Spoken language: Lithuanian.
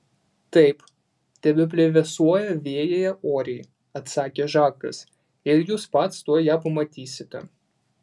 taip tebeplevėsuoja vėjyje oriai atsakė žakas ir jūs pats tuoj ją pamatysite